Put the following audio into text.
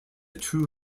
two